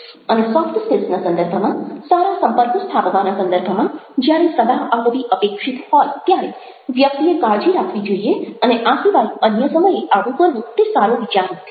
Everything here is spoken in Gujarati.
અને સોફ્ટ સ્કિલ્સના સંદર્ભમાં સારા સંપર્કો સ્થાપવાના સંદર્ભમાં જ્યારે સલાહ આપવી અપેક્ષિત હોય ત્યારેવ્યક્તિએ કાળજી રાખવી જોઈએ અને આ સિવાય અન્ય સમયે આવું કરવું તે સારો વિચાર નથી